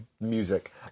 music